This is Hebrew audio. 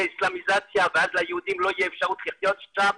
תהיה איסלמיזציה ואז ליהודים לא תהיה אפשרות לחיות שם.